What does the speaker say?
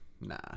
Nah